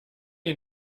die